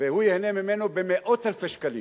והוא ייהנה ממנו במאות אלפי שקלים.